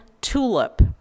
TULIP